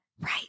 Right